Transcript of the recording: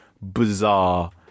bizarre